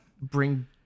Bring